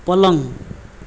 पलङ